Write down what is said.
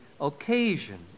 occasion